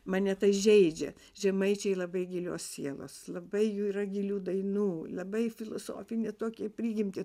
mane tai žeidžia žemaičiai labai gilios sielos labai jų yra gilių dainų labai filosofinė tokie prigimtį